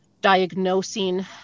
diagnosing